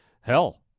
hell